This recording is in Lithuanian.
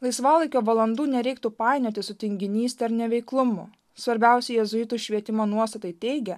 laisvalaikio valandų nereiktų painioti su tinginyste ar neveiklumu svarbiausi jėzuitų švietimo nuostatai teigia